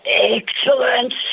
Excellent